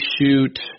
shoot